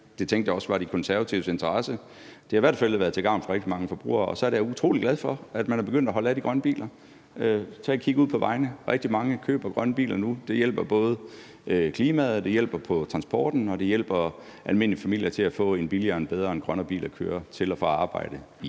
Det tænkte jeg også var i De Konservatives interesse, og det har i hvert fald været til gavn for rigtig mange forbrugere. Så er jeg da også utrolig glad for, at man er begyndt at holde af de grønne biler. Man kan tage et kig ud på vejene og se, hvordan der nu er rigtig mange, der køber grønne biler, og det hjælper både klimaet, det hjælper på transporten, og det hjælper de almindelige familier til at få en billigere, bedre og grønnere bil, eksempelvis til at køre til